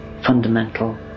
fundamental